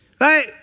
Right